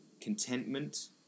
contentment